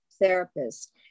therapist